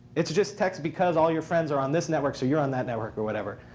it's just text. because all your friends are on this network, so you're on that network or whatever.